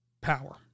power